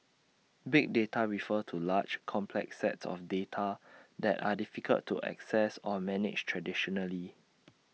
big data refers to large complex sets of data that are difficult to access or manage traditionally